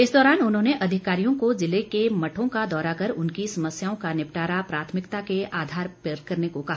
इस दौरान उन्होंने अधिकारियों को जिले के मठों का दौरा कर उनकी समस्याओं का निपटारा प्राथमिकता के आधार पर करने को कहा